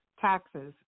Taxes